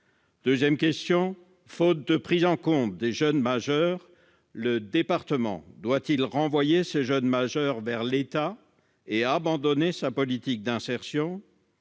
accompagnés ? Faute de prise en compte des jeunes majeurs, le département doit-il renvoyer ces jeunes majeurs vers l'État et abandonner sa politique d'insertion ?